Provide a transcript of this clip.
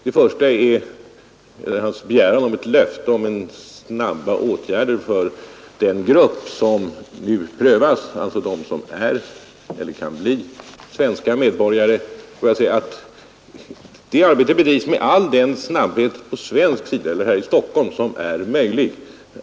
Den första gäller ett löfte om snabba åtgärder för den grupp som nu prövas, alltså sådana som är eller som kan bli svenska medborgare. Jag vill säga att det arbetet från svensk sida bedrivs här i Stockholm med all den snabbhet som är möjlig.